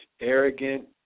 arrogant